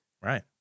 Right